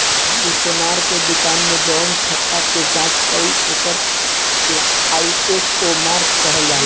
तू सोनार के दुकान मे जवन ठप्पा के जाँच कईल ओकर के आई.एस.ओ मार्क कहल जाला